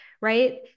right